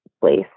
place